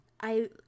I-